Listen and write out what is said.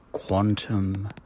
Quantum